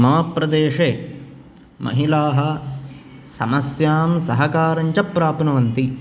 मम प्रदेशे महिलाः समस्यां सहकारञ्च प्राप्नुवन्ति